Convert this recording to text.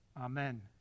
Amen